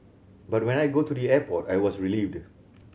but when I go to the airport I was relieved